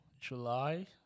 July